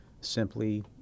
simply